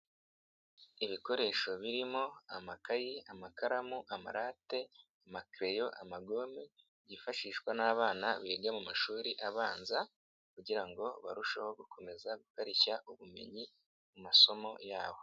Ibikoresho birimo: amakayi, amakaramu, amarate, amakeleyo, amagome, byifashishwa n'abana biga mu mashuri abanza kugira ngo barusheho gukomeza gukarishya ubumenyi mu masomo yabo.